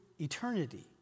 eternity